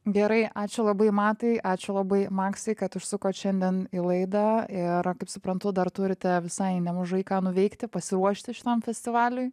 gerai ačiū labai matai ačiū labai maksai kad užsukot šiandien į laidą ir kaip suprantu dar turite visai nemažai ką nuveikti pasiruošti šitam festivaliui